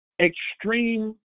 extreme